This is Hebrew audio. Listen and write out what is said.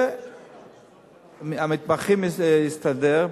עם המתמחים, הסתדר.